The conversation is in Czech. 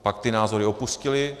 Pak ty názory opustili.